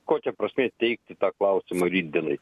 kokia prasmė teikti tą klausimą rytdienai